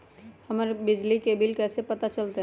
हमर बिजली के बिल कैसे पता चलतै?